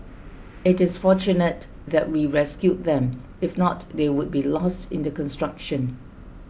it is fortunate that we rescued them if not they would be lost in the construction